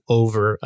over